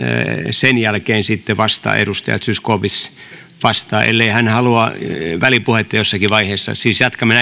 sen jälkeen sitten vasta edustaja zyskowicz vastaa ellei hän halua välipuhetta jossakin vaiheessa siis jatkamme